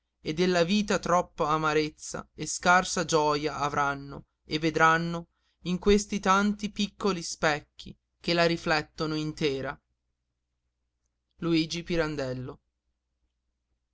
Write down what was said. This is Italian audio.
e della vita troppa amarezza e scarsa gioja avranno e vedranno in questi tanti piccoli specchi che la riflettono intera